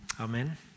Amen